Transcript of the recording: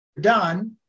done